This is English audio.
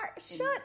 shut